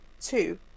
two